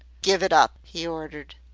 give it up, he ordered.